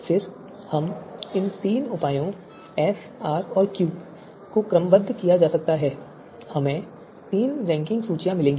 फिर इन तीन उपायों एस आर और क्यू को क्रमबद्ध किया जा सकता है और हमें तीन रैंकिंग सूचियां मिलेंगी